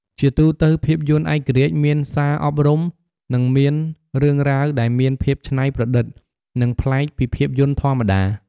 ជាទូទៅភាពយន្តឯករាជ្យមានសារអប់រំ និង មានរឿងរ៉ាវដែលមានភាពច្នៃប្រឌិត និងប្លែកពីភាពយន្តធម្មតា។